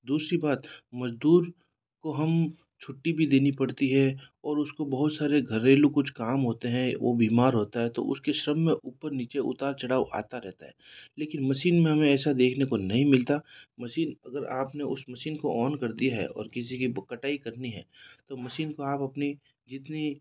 दूसरी बात मज़दूर को हम छुट्टी भी देनी पड़ती है और उस को बहुत सारे घरेलू कुछ काम होते हैं वो बीमार होता है तो उस के श्रम में ऊपर नीचे उतार चढ़ाव आता रहता है लेकिन मशीन में हमें ऐसा देखने को नहीं मिलता मशीन अगर आपने उस मशीन को ऑन कर दी है और किसी की कटाई करनी है तो मशीन को आप अपनी जितनी